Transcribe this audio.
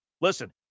Listen